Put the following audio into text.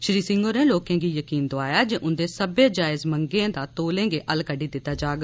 श्री सिंह होरें लोकें गी यकीन दोआया जे उन्दी सब्रै जायज मंगें दा तौले गै हल कड्डी दित्ता जाग